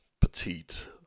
petite